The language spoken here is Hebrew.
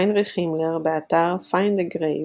היינריך הימלר, באתר "Find a Grave"